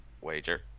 Wager